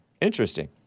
Interesting